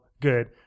good